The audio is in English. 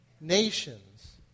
Nations